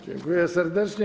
Dziękuję serdecznie.